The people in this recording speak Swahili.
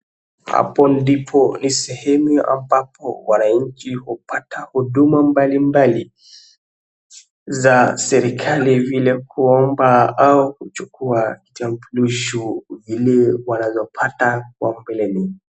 Hapo ndipo ni sehemu ambapo wananchi hupata huduma mbalimbali za serikali vile kuomba au kuchukua kitambulisho ili wanavyopata mapema.